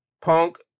Punk